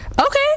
Okay